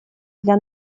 для